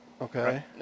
Okay